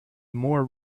more